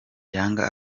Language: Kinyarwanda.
yanga